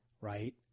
right